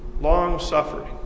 long-suffering